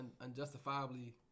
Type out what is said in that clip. Unjustifiably